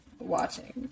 watching